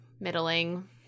Middling